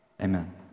Amen